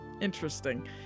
interesting